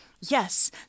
Yes